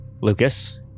Lucas